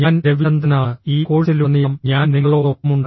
ഞാൻ രവിചന്ദ്രനാണ് ഈ കോഴ്സിലുടനീളം ഞാൻ നിങ്ങളോടൊപ്പമുണ്ട്